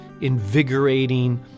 invigorating